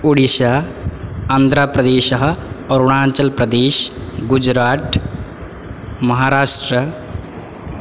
ओडिश्शा आन्ध्रप्रदेशः अरुणाषल्प्रदेशः गुजरातः महराष्ट्रः